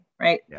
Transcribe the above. right